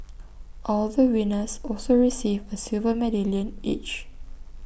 all the winners also received A silver medallion each